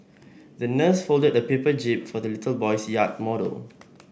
the nurse folded a paper jib for the little boy's yacht model